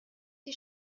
die